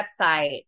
website